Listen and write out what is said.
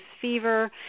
fever